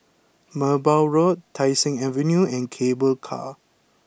Merbau Road Tai Seng Avenue and Cable Car